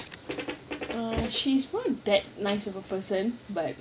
she's not that nice of a person but